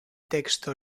texto